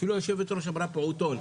אפילו יושבת הראש אמרה פעוטון.